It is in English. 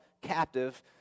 captive